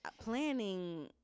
planning